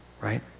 right